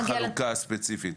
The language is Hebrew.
החלוקה הספציפית.